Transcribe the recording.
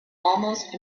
almost